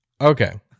Okay